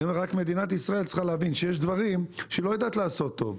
רק מדינת ישראל צריכה להבין שיש דברים שהיא לא יודעת לעשות טוב.